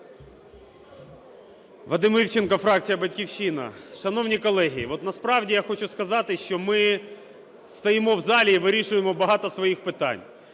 Вадим Івченко, фракція "Батьківщина". Шановні колеги, от насправді я хочу сказати, що ми стоїмо в залі і вирішуємо багато своїх питань: